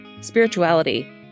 spirituality